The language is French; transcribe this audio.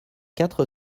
quatre